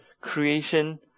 creation